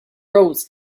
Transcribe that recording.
rose